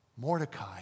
Mordecai